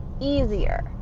easier